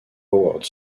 award